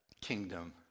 kingdom